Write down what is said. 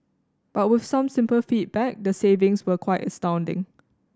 but with some simple feedback the savings were quite astounding